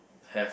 have